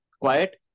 quiet